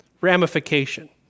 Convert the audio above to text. ramification